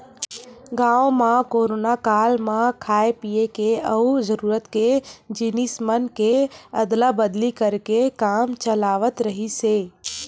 गाँव म कोरोना काल म खाय पिए के अउ जरूरत के जिनिस मन के अदला बदली करके काम चलावत रिहिस हे